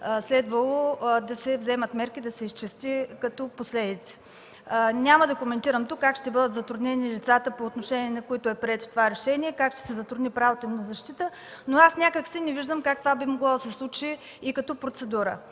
следвало да се вземат мерки, да се изчисти като последици. Няма да коментирам тук как ще бъдат затруднени лицата, по отношение на които е прието това решение, как ще се затрудни правото им на защита, но не виждам как това би могло да се случи и като процедура.